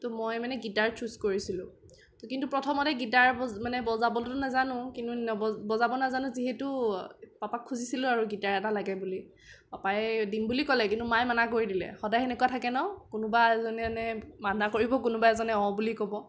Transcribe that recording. ত' মই মানে guitar choose কৰিছিলোঁ কিন্তু প্ৰথমতে গীটাৰ মানে বজাবতো নাজানোঁ কিন্তু বজাব নাজানোঁ যিহেতু পাপাক খুজিছিলোঁ আৰু গিটাৰ এটা লাগে বুলি পাপাই দিম বুলি ক'লে কিন্তু মায়ে মানা কৰি দিলে সদায় সেনেকুৱা থাকে ন কোনোবা এজ মানে মানা কৰিব কোনোবা এজনে অঁ বুলি ক'ব